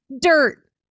Dirt